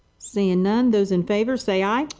seeing none, those in favor say aye.